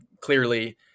clearly